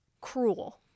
cruel